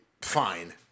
fine